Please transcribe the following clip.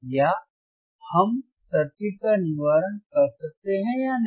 या हम सर्किट का निवारण कर सकते हैं या नहीं